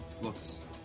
looks